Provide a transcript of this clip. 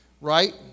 right